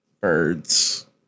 birds